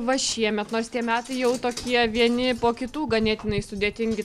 va šiemet nors tie metai jau tokie vieni po kitų ganėtinai sudėtingi